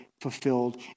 fulfilled